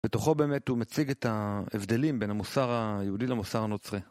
בתוכו באמת הוא מציג את ההבדלים בין המוסר היהודי למוסר הנוצרי.